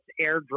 airdrop